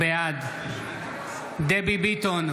בעד דבי ביטון,